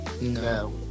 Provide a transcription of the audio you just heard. No